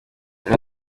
ejo